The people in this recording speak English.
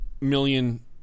million